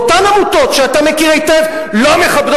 ואותן עמותות שאתה מכיר היטב לא מכבדות